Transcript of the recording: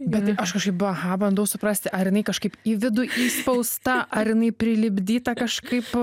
bet tai aš kažkaip baha bandau suprasti ar jinai kažkaip į vidų įspausta ar jinai prilipdyta kažkaip